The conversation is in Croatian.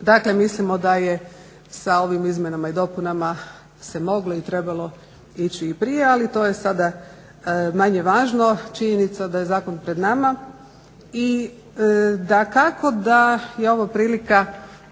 Dakle, mislimo da je sa ovim Izmjenama i dopunama se moglo i trebalo ići i prije ali to je sada manje važno. Činjenica da je Zakon pred nama. I dakako da je ovo prilika